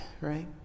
right